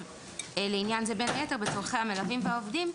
לעניין זה בין היתר בצרכי המלווים והעובדים.